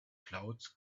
clouds